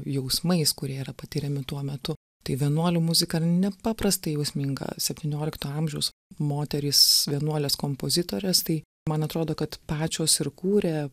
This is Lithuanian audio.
jausmais kurie yra patiriami tuo metu tai vienuolių muzika nepaprastai jausminga septynioliktojo amžiaus moterys vienuolės kompozitorės tai man atrodo kad pačios ir kūrė